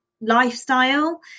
lifestyle